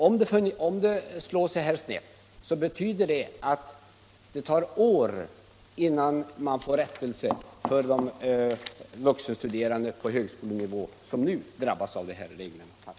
Om det kan slå så här snett kommer det att ta år innan de vuxenstuderande på högskolenivå som drabbas får någon rättelse.